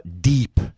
deep